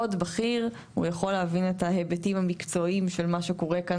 בכיר ויכול להבין את ההיבטים המקצועיים של מה שקורה כאן